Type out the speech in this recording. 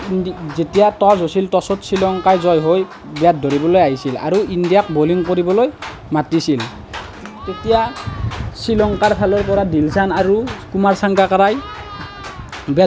আৰু ইণ্ডি যেতিয়া টছ হৈছিল টছত শ্ৰীলংকা জয় হৈ বেট ধৰিবলৈ আহিছিল আৰু ইণ্ডিয়াক বলিং কৰিবলৈ মাতিছিল তেতিয়া শ্ৰীলংকাৰ ফালৰ পৰা দিলচান আৰু কুমাৰ ছাংগাকাৰাই